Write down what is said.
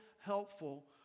helpful